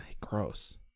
gross